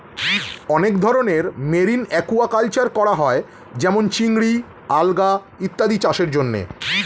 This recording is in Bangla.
অনেক ধরনের মেরিন অ্যাকুয়াকালচার করা হয় যেমন চিংড়ি, আলগা ইত্যাদি চাষের জন্যে